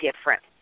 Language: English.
different